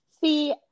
see